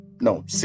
No